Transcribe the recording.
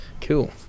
Cool